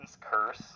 curse